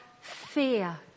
fear